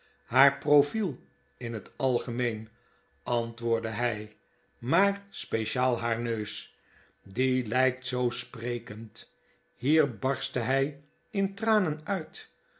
haar profiel in het algemeen antwoordde hij maar speciaal haar neus die lijkt zoo sprekend hier barstte hij intranen uit